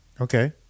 Okay